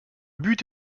but